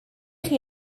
chi